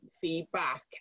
feedback